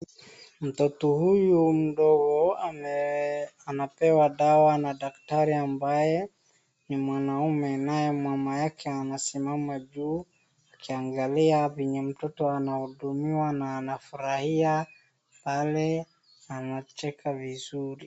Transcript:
Mtoto huyu mdogo anapewa dawa na daktari ambaye ni mwanaume, naye mama yake amesimama juu akiangalia venye mtoto anahudumiwa na anafurahia pale anacheka vizuri.